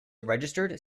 registered